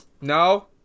no